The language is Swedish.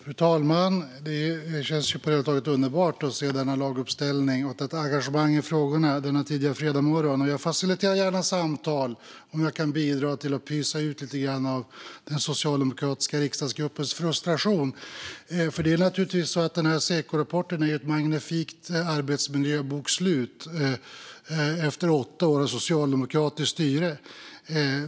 Fru talman! Det känns underbart att se denna laguppställning och ett engagemang i frågorna denna tidiga fredagsmorgon. Jag faciliterar gärna samtal om jag kan bidra till att pysa ut lite grann av den socialdemokratiska riksdagsgruppens frustration. Sekorapporten är ett magnifikt arbetsmiljöbokslut efter åtta år av socialdemokratiskt styre.